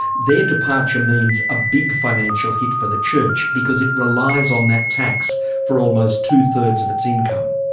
their departure means a big financial hit for the church because it relies on that tax for almost two-thirds of its income.